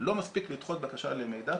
לא מספיק לדחות בקשה למידע,